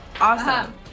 Awesome